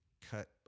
cut